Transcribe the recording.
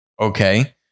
Okay